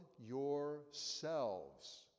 yourselves